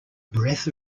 breath